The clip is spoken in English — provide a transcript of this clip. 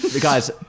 guys